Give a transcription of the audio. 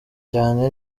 cyane